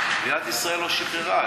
מדינת ישראל לא שחררה.